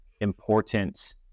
important